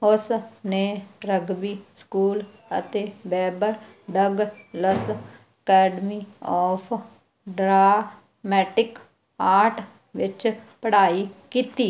ਉਸ ਨੇ ਰਗਬੀ ਸਕੂਲ ਅਤੇ ਵੈਬਰ ਡਗਲਸ ਅਕੈਡਮੀ ਆਫ਼ ਡਰਾਮੈਟਿਕ ਆਰਟ ਵਿੱਚ ਪੜ੍ਹਾਈ ਕੀਤੀ